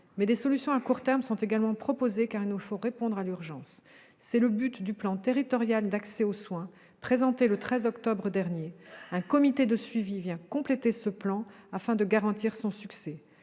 Mais des solutions à court terme sont également proposées, car il nous faut répondre à l'urgence. C'est le but du plan territorial d'accès aux soins présenté le 13 octobre dernier. Un comité de suivi vient compléter ce plan afin de garantir son succès.